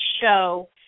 show